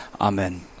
amen